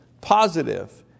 positive